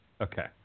Okay